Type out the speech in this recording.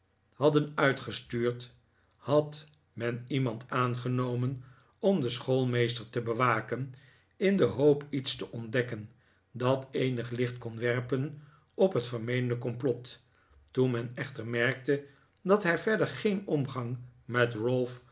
hadden uitgestuurd had men iemand aangenomen om den schoolmeester te bewaken in de hoop iets te ontdekken dat eenig licht kon werpen op het vermeende complot toen men echter merkte dat hij verder geen omgang met